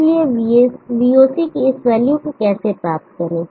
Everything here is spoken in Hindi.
इसलिए voc की इस वैल्यू को कैसे प्राप्त करें